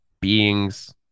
beings